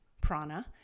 prana